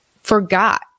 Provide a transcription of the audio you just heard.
forgot